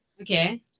Okay